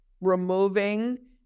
removing